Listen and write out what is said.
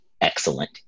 excellent